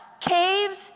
caves